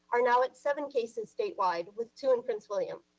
are now at seven cases statewide with two in prince william.